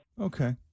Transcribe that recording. Okay